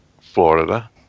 Florida